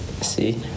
See